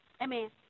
Amen